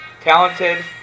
talented